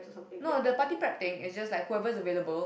no the party prep thing is just like whoever is available